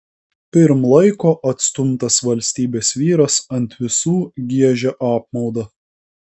pirm laiko atstumtas valstybės vyras ant visų giežia apmaudą